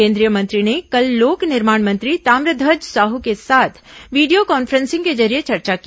केंद्रीय मंत्री ने कल लोक निर्माण मंत्री ताम्रध्यज साहू के साथ वीडियो कॉन्फ्रेंसिंग के जरिये चर्चा की